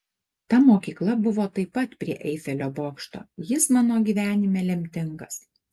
ta mokykla buvo taip pat prie eifelio bokšto jis mano gyvenime lemtingas